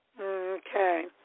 Okay